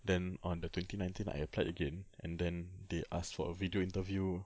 then on the twenty nineteen I applied again and then they asked for a video interview